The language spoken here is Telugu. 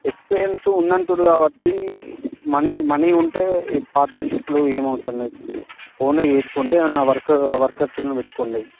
ఎక్స్పీరియన్స్ ఉందంటున్నారు కాబట్టి మనీ మనీ ఉంటే ఈ పార్ట్నర్షిప్లు ఏం అవసరం లేదు ఓన్గా చేసుకోండి ఏవన్నా వర్కర్స్ వర్కర్సులనీ పెట్టుకోండి అవి